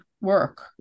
work